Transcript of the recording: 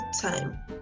time